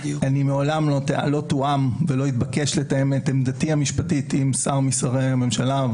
מעולם לא תואם ולא התבקשתי לתאם את עמדתי המשפטית עם שר משרי הממשלה.